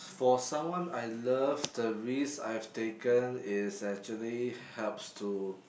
for someone I love the risk I've taken is actually helps to